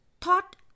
thought